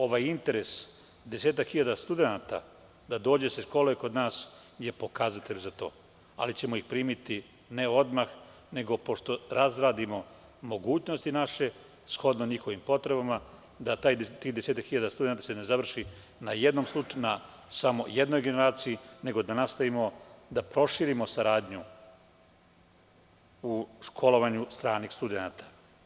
Ovaj interes desetak hiljada studenata da dođe da se školuje kod nas je pokazatelj za to, ali ćemo ih primiti, ne odmah, nego pošto razradimo naše mogućnosti, shodno njihovim potrebama, da se tih desetak hiljada studenata ne završi na samo jednoj generaciji, nego da nastavimo da proširimo saradnju u školovanju stranih studenata.